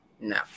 no